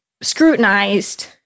scrutinized